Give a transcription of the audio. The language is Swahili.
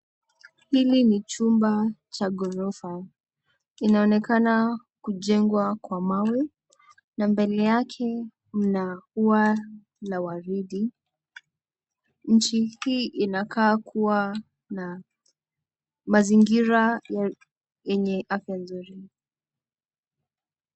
Hili ni chumba cha ghorofa, inaonekana kujengwa kwa mawe na mbele yake mna ua la waridi ,mji hii inakaa kuwa na mazingira yenye afya nzuri.